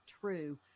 true